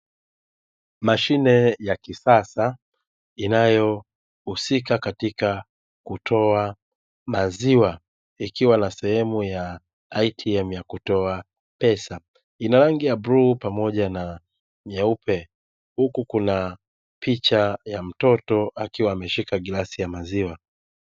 Mashine ya kisasa inayohusika katika kutoa maziwa ikiwa na sehemu ya ATM ya kutoa pesa, ina rangi ya bluu na nyeupe huku kuna picha ya mtoto akiwa ameshika glasi ya maziwa.